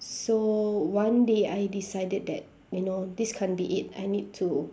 so one day I decided that you know this can't be it I need to